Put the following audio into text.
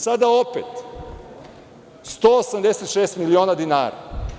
Sada opet, 186 miliona dinara!